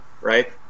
right